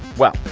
well,